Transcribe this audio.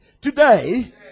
Today